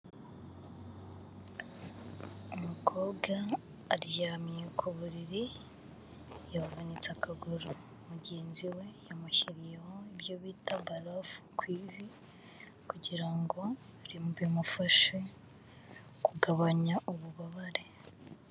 Umukobwa aryamye ku buriri yavunitse akaguru, mugenzi we yamushyiriyeho ibyo bita barafu ku ivi kugira ngo bimufashe kugabanya ububabare.